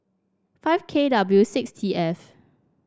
five K W six T F